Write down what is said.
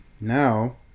now